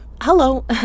hello